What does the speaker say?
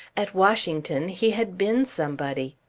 at washington he had been somebody.